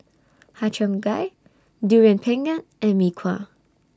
Har Cheong Gai Durian Pengat and Mee Kuah